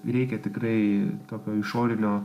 reikia tikrai tokio išorinio